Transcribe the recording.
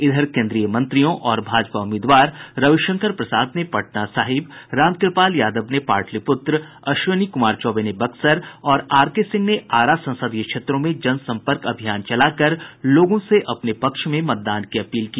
इधर केन्द्रीय मंत्रियों और भाजपा उम्मीदवार रविशंकर प्रसाद ने पटना साहिब रामकृपाल यादव ने पाटलिपुत्र अश्विनी कुमार चौबे ने बक्सर और आरकेसिंह ने आरा संसदीय क्षेत्रों में जनसंपर्क अभियान चलाकर लोगों से अपने पक्ष में मतदान करने की अपील की